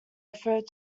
referred